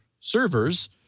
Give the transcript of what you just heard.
servers